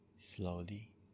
slowly